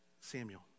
Samuel